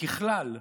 ככלל,